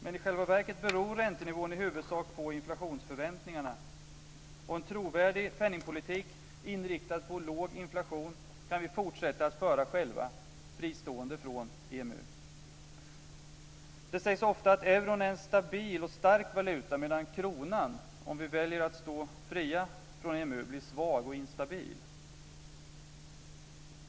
Men i själva verket beror räntenivån i huvudsak på inflationsförväntningarna, och en trovärdig penningpolitik inriktad på låg inflation kan vi fortsätta att föra själva, fristående från EMU. Det sägs ofta att euron är en stabil och stark valuta, medan kronan, om vi väljer att stå fria från EMU, blir svag och instabil.